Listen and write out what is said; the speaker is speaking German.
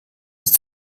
ist